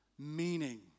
Meaning